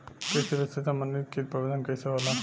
कृषि विधि से समन्वित कीट प्रबंधन कइसे होला?